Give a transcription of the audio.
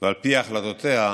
פי החלטותיה,